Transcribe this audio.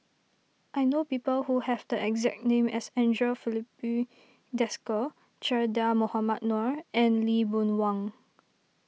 I know people who have the exact name as Andre Filipe Desker Che Dah Mohamed Noor and Lee Boon Wang